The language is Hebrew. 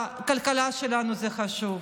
הכלכלה שלנו זה חשוב,